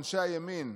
אנשי הימין,